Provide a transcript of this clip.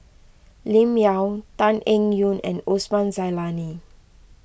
Lim Yau Tan Eng Yoon and Osman Zailani